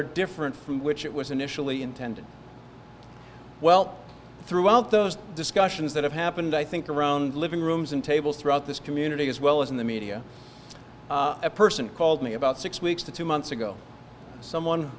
are different from which it was initially intended well throughout those discussions that have happened i think around living rooms and tables throughout this community as well as in the media a person called me about six weeks to two months ago